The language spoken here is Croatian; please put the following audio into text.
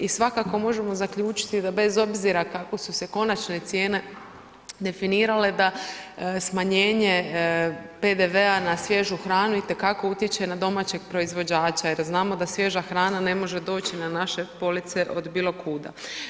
I svakako možemo zaključiti da bez obzira kako su se konačne cijene definirale da smanjenje PDV-a na svježu hranu itekako utječe na domaćeg proizvođača jer znamo da svježa hrana ne može doći na naše police od bilo kuda.